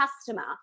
customer